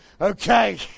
Okay